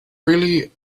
really